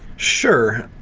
sure.